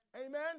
Amen